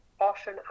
often